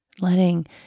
letting